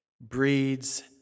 breeds